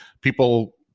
people